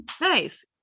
nice